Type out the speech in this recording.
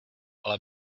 ale